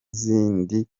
zindi